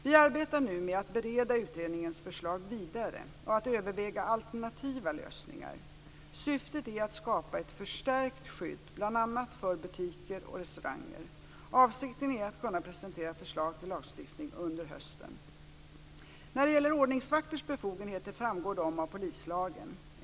Vi arbetar nu med att bereda utredningens förslag vidare och att överväga alternativa lösningar. Syftet är att skapa ett förstärkt skydd bl.a. för butiker och restauranger. Avsikten är att kunna presentera förslag till lagstiftning under hösten. När det gäller ordningsvakters befogenheter framgår dessa av bl.a. polislagen .